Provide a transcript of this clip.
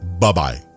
bye-bye